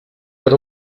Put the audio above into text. per